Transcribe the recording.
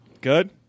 Good